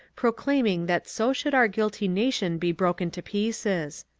proclaiming that so should our guilty nation be broken to pieces.